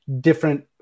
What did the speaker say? different